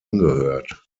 angehört